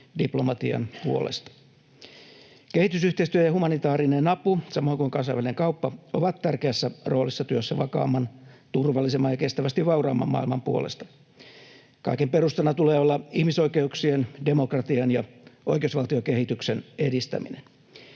diplomatian puolesta. Kehitysyhteistyö ja humanitaarinen apu, samoin kuin kansainvälinen kauppa, ovat tärkeässä roolissa työssä vakaamman, turvallisemman ja kestävästi vauraamman maailman puolesta. Kaiken perustana tulee olla ihmisoikeuksien, demokratian ja oikeusvaltiokehityksen edistäminen.